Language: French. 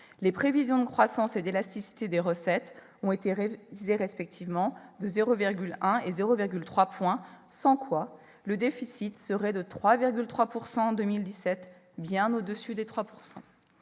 les prévisions de croissance et d'élasticité des recettes ont été révisées respectivement de 0,1 et 0,3 point, sans quoi le déficit serait de 3,3 % en 2017, bien au-dessus des 3